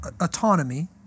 autonomy